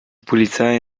polizei